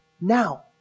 Now